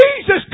Jesus